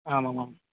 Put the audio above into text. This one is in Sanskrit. आमामाम्